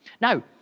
Now